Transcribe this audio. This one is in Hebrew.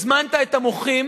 הזמנת את המוחים